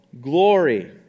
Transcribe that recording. glory